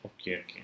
okay